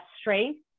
strength